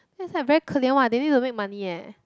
then it's like very 可怜 what they need to make money eh